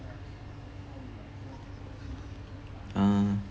uh